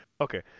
Okay